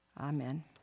Amen